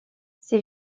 ses